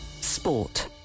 Sport